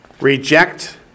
reject